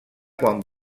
quan